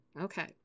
Okay